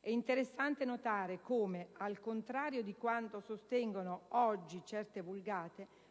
È interessante notare come, al contrario di quanto sostengono oggi certe vulgate,